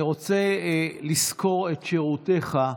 אני רוצה לשכור את שירותיך: